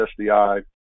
SDI